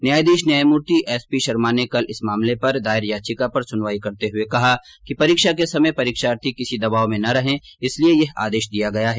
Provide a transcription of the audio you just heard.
न्यायाधीश न्यायमूर्ति एसपी शर्मा ने कल इस मामले पर दायर याचिका पर सुनवाई करते हुए कहा कि परीक्षा के समय परीक्षार्थी किसी तनाव में न रहे इसलिए यह आदेश दिया गया है